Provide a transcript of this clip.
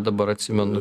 dabar atsimenu